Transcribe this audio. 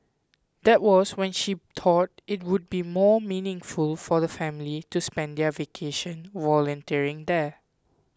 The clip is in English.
that was when she thought it would be more meaningful for the family to spend their vacation volunteering there